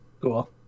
cool